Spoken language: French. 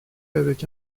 avec